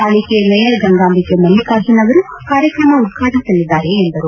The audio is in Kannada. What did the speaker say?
ಪಾಲಿಕೆ ಮೇಯರ್ ಗಂಗಾಭಿಕೆ ಮಲ್ಲಿಕಾರ್ಜುನ ಅವರು ಕಾರ್ಯಕ್ರಮ ಉದ್ಘಾಟಸಲಿದ್ದಾರೆ ಎಂದರು